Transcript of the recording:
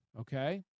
okay